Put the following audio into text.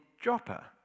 Joppa